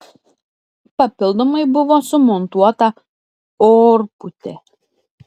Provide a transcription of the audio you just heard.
papildomai buvo sumontuota orpūtė